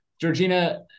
georgina